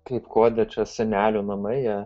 kaip kuode čia senelių namai